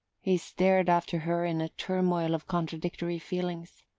he stared after her in a turmoil of contradictory feelings.